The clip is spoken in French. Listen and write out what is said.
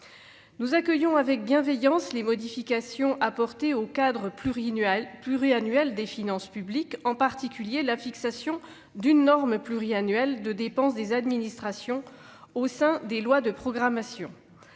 Nous accueillons avec bienveillance les modifications apportées au cadre pluriannuel des finances publiques, en particulier la fixation d'une norme pluriannuelle de dépenses des administrations au sein des lois de programmation.